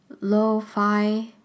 lo-fi